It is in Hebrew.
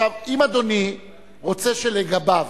אם אדוני רוצה שלגביו,